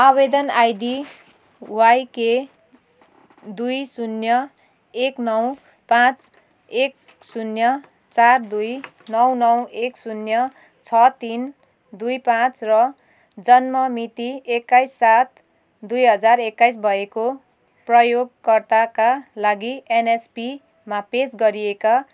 आवेदन ID Y K दुई शून्य एक नौ पाँच एक शून्य चार दुई नौ नौ एक शून्य छ तिन दुई पाँच र जम्न मिति एक्काइस सात दुई हजार एक्काइस भएको प्रयोग कर्ताका लागि एनएसपीमा पेस गरिएका